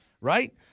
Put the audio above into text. right